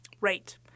Right